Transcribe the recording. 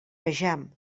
vejam